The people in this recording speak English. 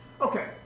Okay